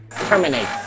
Terminate